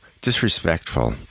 disrespectful